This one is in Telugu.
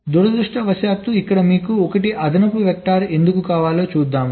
దురదృష్టవశాత్తు ఇక్కడ మీకు 1 అదనపు వెక్టర్ ఎందుకు కావాలి చూద్దాం